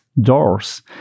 doors